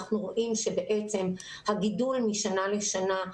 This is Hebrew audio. אנחנו רואים שבעצם הגידול משנה לשנה,